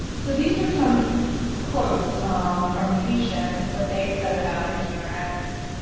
so these are some quotes from patients, what they said about adherence.